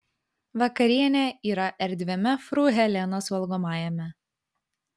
vakarienė yra erdviame fru helenos valgomajame